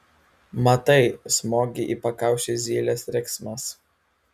matai smogė į pakaušį zylės riksmas